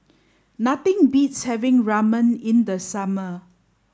nothing beats having Ramen in the summer